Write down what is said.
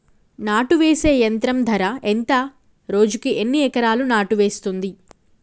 నాటు వేసే యంత్రం ధర ఎంత రోజుకి ఎన్ని ఎకరాలు నాటు వేస్తుంది?